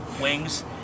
wings